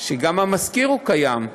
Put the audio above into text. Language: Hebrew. שגם המשכיר קיים,